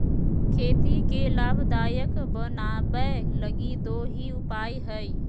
खेती के लाभदायक बनाबैय लगी दो ही उपाय हइ